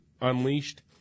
unleashed